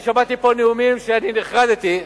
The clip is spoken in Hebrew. אני שמעתי פה נאומים שאני נחרדתי.